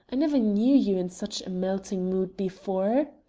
i never knew you in such a melting mood before?